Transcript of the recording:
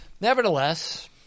Nevertheless